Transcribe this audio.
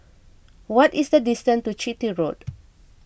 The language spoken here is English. what is the distance to Chitty Road